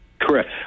Correct